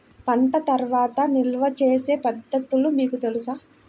పంట తర్వాత నిల్వ చేసే పద్ధతులు మీకు తెలుసా?